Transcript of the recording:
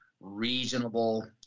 reasonable